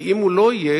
כי אם הוא לא יהיה,